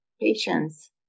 patience